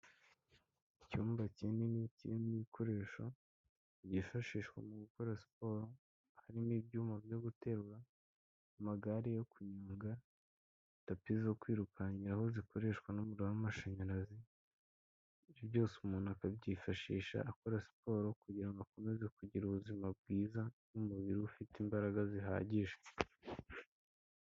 Icyumba kinini kimwerimo ibikoresho byifashishwa mu gukora siporo, harimo ibyuma byo guterura, amagare yo kunyonga, tapi zo kwirukankiraho zikoreshwa n'umuriro w'amashanyarazi, ibyo byose umuntu akabyifashisha akora siporo kugira ngo akomeze kugira ubuzima bwiza n'umubiri we ube ufite imbaraga zihagije.